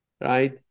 right